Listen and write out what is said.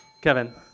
Kevin